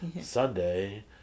Sunday